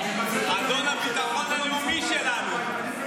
אדון הביטחון הלאומי שלנו.